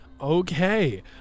okay